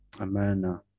Amen